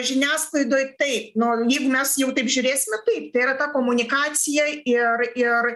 žiniasklaidoj taip nu jeigu mes jau taip žiūrėsime taip tai yra ta komunikacija ir ir